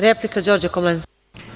Replika, Đorđe Komlenski.